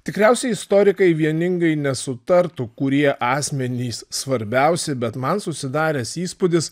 tikriausiai istorikai vieningai nesutartų kurie asmenys svarbiausi bet man susidaręs įspūdis